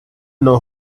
know